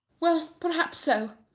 well, perhaps so.